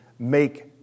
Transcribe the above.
make